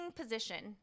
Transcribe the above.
position